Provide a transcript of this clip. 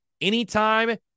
anytime